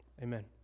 amen